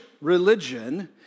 religion